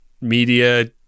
media